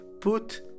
Put